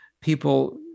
people